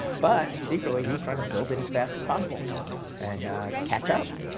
but secretly, he was trying to build it as fast as possible and catch up.